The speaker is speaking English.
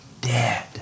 dead